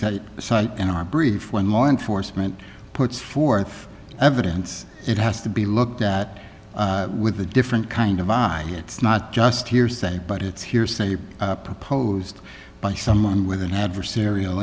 said in our brief when law enforcement puts forth evidence it has to be looked at with a different kind of ah it's not just hearsay but it's hearsay proposed by someone with an adversarial